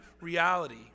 reality